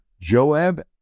Joab